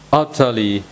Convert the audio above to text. utterly